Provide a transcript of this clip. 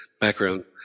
background